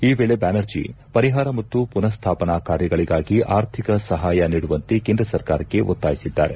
ಈ ವೇಳೆ ಬ್ಯಾನರ್ಜಿ ಪರಿಹಾರ ಮತ್ತು ಪುನಸ್ಥಾಪನಾ ಕಾರ್ಯಗಳಿಗಾಗಿ ಆರ್ಥಿಕ ಸಹಾಯ ನೀಡುವಂತೆ ಕೇಂದ್ರ ಸರ್ಕಾರಕ್ಕೆ ಒತ್ತಾಯಿಸಿದ್ದಾರೆ